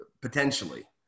potentially